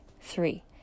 three